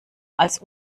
als